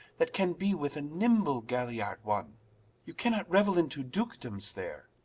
that can be with a nimble galliard wonne you cannot reuell into dukedomes there.